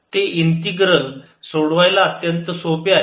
ते इंटीग्रल सोडवायला अत्यंत सोपे आहे